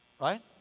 right